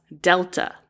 Delta